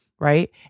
Right